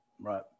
Right